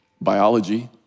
biology